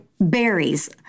berries